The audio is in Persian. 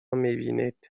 میبینید